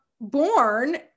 born